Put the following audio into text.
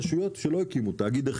רשויות שלא הקימו תאגיד,